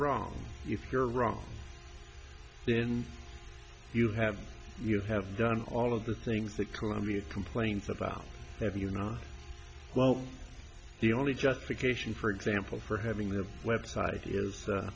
wrong if you're wrong then you have you have done all of the things that columbia complains about have you not well the only justification for example for having their website is